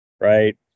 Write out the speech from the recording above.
right